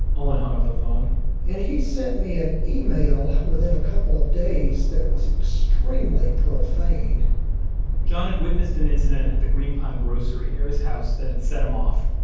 olin hung up the phone and he sent me an email within a couple of days that was extremely profane john had witnessed an incident at the green pond grocery near his house that had set him off.